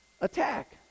attack